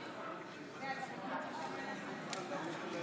(קוראת בשמות חברי הכנסת)